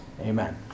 Amen